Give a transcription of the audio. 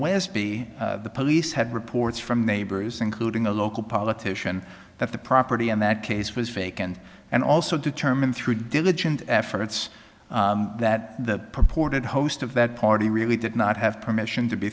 west b the police had reports from neighbors including a local politician that the property in that case was vacant and also determined through diligent efforts that the purported host of that party really did not have permission to be